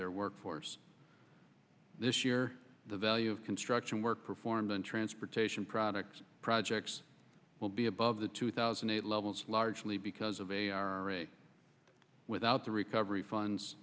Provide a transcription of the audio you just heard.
their workforce this year the value of construction work performed on transportation products projects will be above the two thousand eight levels largely because of a ira without the recovery funds